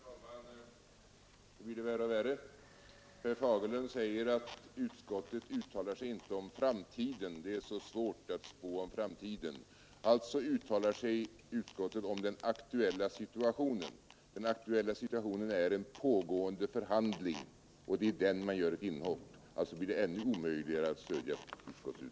Herr talman! Det blir värre och värre. Herr Fagerlund säger att utskottet uttalar sig inte om framtiden det är så svårt att spå om framtiden. Alltså uttalar sig utskottet om den aktuella situationen. Den aktuella situationen är en pågående förhandling, och det är i den man gör ett inhopp. Då blir det ännu omöjligare att stödja utskottet.